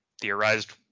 theorized